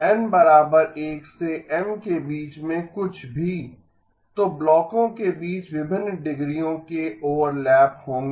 N 1 से M के बीच मे कुछ भी तो ब्लॉकों के बीच विभिन्न डिग्रीयों के ओवरलैप होंगे